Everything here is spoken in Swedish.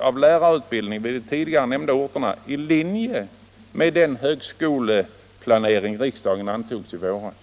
av lärarutbildningen på de tidigare nämnda orterna i linje med den högskoleplanering riksdagen antog i våras?